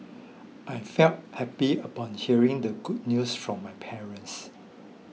I felt happy upon hearing the good news from my parents